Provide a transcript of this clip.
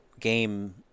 game